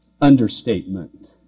understatement